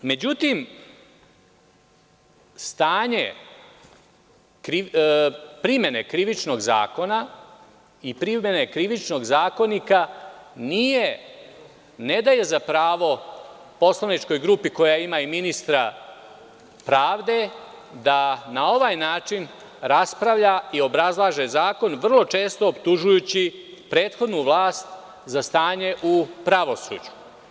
Međutim, stanje primene Krivičnog zakona i primene Krivičnog zakonika ne daje za pravo poslaničkoj grupi koja ima i ministra pravde da na ovaj način raspravlja i obrazlaže zakon, vrlo često optužujući prethodnu vlast za stanje u pravosuđu.